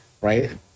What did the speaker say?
right